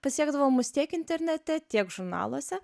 pasiekdavo mus tiek internete tiek žurnaluose